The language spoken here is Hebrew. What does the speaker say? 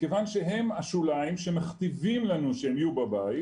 מכיוון שהם השוליים שמכתיבים לנו שהם יהיו בבית,